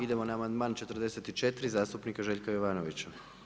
Idemo na amandman 44. zastupnika Željka Jovanovića.